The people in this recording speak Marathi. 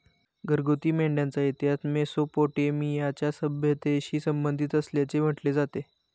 घरगुती मेंढ्यांचा इतिहास मेसोपोटेमियाच्या सभ्यतेशी संबंधित असल्याचे म्हटले जाते